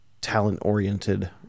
talent-oriented